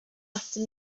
after